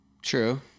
True